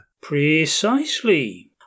Precisely